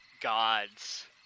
gods